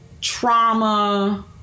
trauma